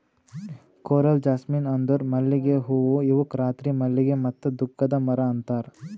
coral jasmine ಅಂದುರ್ ಮಲ್ಲಿಗೆ ಹೂವು ಇವುಕ್ ರಾತ್ರಿ ಮಲ್ಲಿಗೆ ಮತ್ತ ದುಃಖದ ಮರ ಅಂತಾರ್